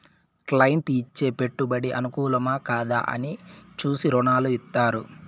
client ఇచ్చే పెట్టుబడి అనుకూలమా, కాదా అని చూసి రుణాలు ఇత్తారు